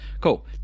Cool